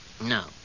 No